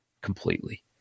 completely